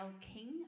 King